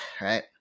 right